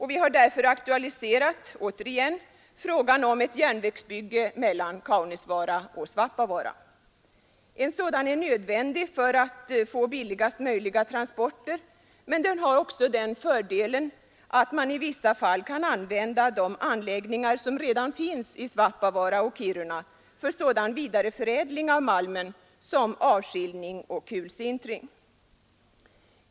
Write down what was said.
Vi har därför återigen aktualiserat frågan om ett järnvägsbygge mellan Kaunisvaara och Svappavaara. En järnväg är nödvändig för att man skall få billigaste möjliga transporter, men den har också den fördelen att man i vissa fall kan använda de anläggningar som redan finns i Svappavaara och Kiruna för sådan vidareförädling av malmen som avskiljning och kulsintring.